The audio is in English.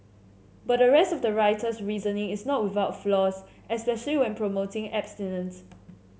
but the rest of the writer's reasoning is not without flaws especially when promoting abstinence